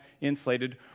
insulated